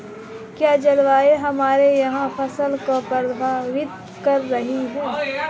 क्या जलवायु हमारे यहाँ की फसल को प्रभावित कर रही है?